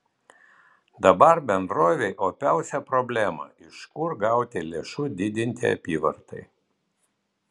dabar bendrovei opiausia problema iš kur gauti lėšų didinti apyvartai